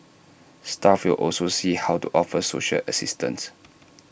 staff will also see how to offer social assistance